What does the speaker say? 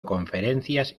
conferencias